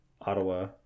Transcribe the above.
Ottawa